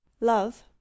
love